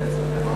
נתקבל.